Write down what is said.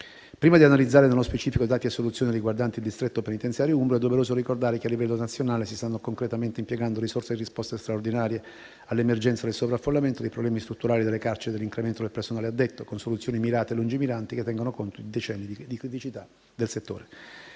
Prima di analizzare nello specifico dati e soluzioni riguardanti il distretto penitenziario umbro, è doveroso ricordare che, a livello nazionale, si stanno concretamente impiegando risorse e risposte straordinarie all'emergenza del sovraffollamento, dei problemi strutturali delle carceri e dell'incremento del personale addetto, con soluzioni mirate e lungimiranti che tengano conto di decenni di criticità del settore.